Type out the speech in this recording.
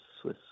Swiss